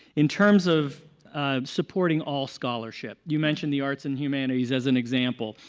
in terms of supporting all scholarship. you mentioned the arts and humanities as an example.